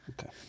Okay